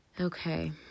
Okay